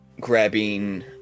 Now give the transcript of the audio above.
grabbing